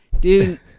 Dude